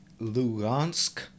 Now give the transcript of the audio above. Lugansk